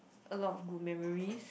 a lot of good memories